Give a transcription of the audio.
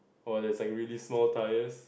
or there's like really small tyres